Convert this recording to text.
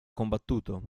combattuto